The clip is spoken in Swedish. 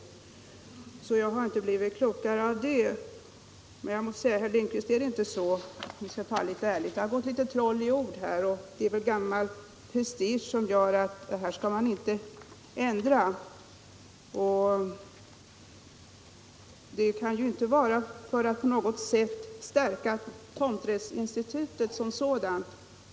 Jag har alltså inte blivit klokare av herr Lindkvists anförande. Är det inte så, herr Lindkvist, att det — om vi skall vara ärliga — har gått troll i orden och att det är gammal prestige som gör att man inte vill ändra på detta? Avsikten kan ju inte vara att stärka tomträttsinstitutet som sådant.